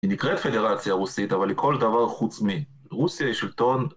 היא נקראת פדרציה רוסית, אבל היא כל דבר חוץ מי. רוסיה היא שלטון.